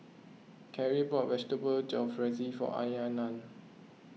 Karie bought Vegetable Jalfrezi for Aryanna